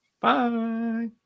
Bye